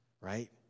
right